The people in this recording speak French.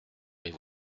mais